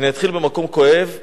אתחיל במקום כואב שלי,